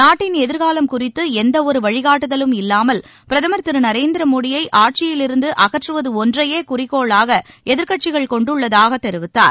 நாட்டின் எதிர்காலம் குறித்து எந்தவொரு வழிகாட்டுதலும் இல்லாமல் பிரதமர் திரு நநரேந்திர மோடியை ஆட்சியிலிருந்து அகற்றுவது ஒன்றையே குறிக்கோளாக எதிர்கட்சிகள் கொண்டுள்ளதாகக் கூறினார்